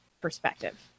perspective